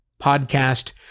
podcast